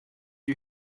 you